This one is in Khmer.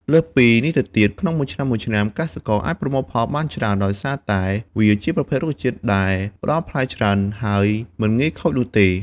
លើសពីនេះទៅទៀត ក្នុងមួយឆ្នាំៗកសិករអាចប្រមូលផលបានច្រើន ដោយសារតែវាជាប្រភេទរុក្ខជាតិដែលផ្ដល់ផ្លែច្រើន ហើយមិនងាយខូចនោះទេ។